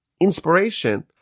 inspiration